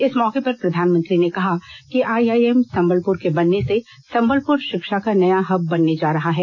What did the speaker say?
इस मौके पर प्रधानमंत्री ने कहा कि आईआईएम संबलप्र के बनने से संबलपुर शिक्षा का नया हब बनने जा रहा है